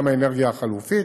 גם האנרגיה החלופית,